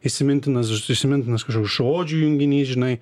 įsimintinas įsimintinas kažkoks žodžių junginys žinai